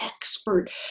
expert